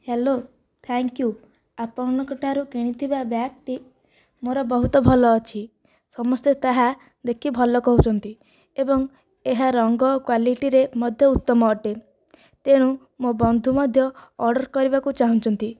hello thank you ଆପଣଙ୍କଟାରୁ କିଣିଥିବା ବ୍ୟାଗ୍ଟି ମୋର ବହୁତ ଭଲ ଅଛି ସମସ୍ତେ ତାହା ଦେଖିକି ଭଲ କହୁଛନ୍ତି ଏବଂ ଏହା ରଙ୍ଗ ଓ କ୍ୱାଳିଟୀରେ ମଧ୍ୟ ଉତ୍ତମ ଅଟେ ତେଣୁ ମୋ ବନ୍ଧୁ ମଧ୍ୟ ଅର୍ଡ଼ର କରିବାକୁ ଚାହୁଁଛନ୍ତି